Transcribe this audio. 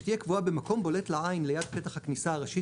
שתהיה קבועה במקום בולט לעין ליד פתח הכניסה הראשית